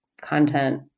content